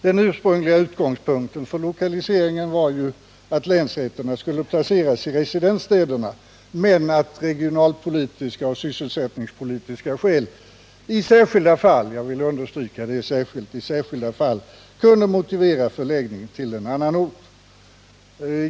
Den ursprungliga utgångspunkten för lokaliseringen var att länsrätterna skulle placeras i residensstäderna men att regionalpolitiska eller sysselsättningspolitiska skäl i särskilda fall — jag vill understryka det — kunde motivera förläggning till annan ort.